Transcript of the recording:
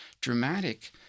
dramatic